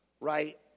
right